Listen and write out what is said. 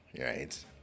right